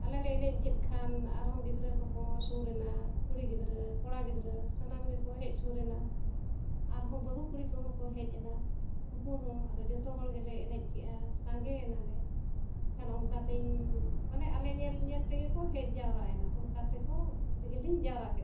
ᱟᱞᱮ ᱞᱮ ᱮᱱᱮᱡ ᱠᱮᱫ ᱠᱷᱟᱱ ᱟᱨᱦᱚᱸ ᱜᱤᱫᱽᱨᱟᱹ ᱠᱚᱠᱚ ᱥᱩᱨ ᱮᱱᱟ ᱠᱩᱲᱤ ᱜᱤᱫᱽᱨᱟᱹ ᱠᱚᱲᱟ ᱜᱤᱫᱽᱨᱟᱹ ᱥᱟᱱᱟᱢ ᱜᱮᱠᱚ ᱦᱮᱡ ᱥᱩᱨ ᱮᱱᱟ ᱟᱨᱦᱚᱸ ᱵᱟᱹᱦᱩ ᱠᱩᱲᱤ ᱠᱚᱦᱚᱸ ᱠᱚ ᱦᱮᱡ ᱮᱱᱟ ᱩᱱᱠᱩ ᱦᱚᱸ ᱟᱫᱚ ᱡᱚᱛᱚ ᱦᱚᱲ ᱜᱮᱞᱮ ᱮᱱᱮᱡ ᱠᱮᱜᱼᱟ ᱥᱟᱸᱜᱮᱭᱮᱱᱟᱞᱮ ᱮᱱᱠᱷᱟᱱ ᱚᱱᱠᱟ ᱛᱤᱧ ᱢᱟᱱᱮ ᱟᱞᱮ ᱧᱮᱞ ᱧᱮᱞ ᱛᱮᱜᱮ ᱠᱚ ᱦᱮᱡ ᱡᱟᱣᱨᱟᱭᱮᱱᱟ ᱚᱱᱠᱟ ᱛᱮᱠᱚ ᱜᱮᱞᱤᱧ ᱡᱟᱣᱨᱟ ᱠᱮᱫ ᱠᱚᱣᱟ